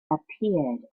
appeared